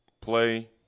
play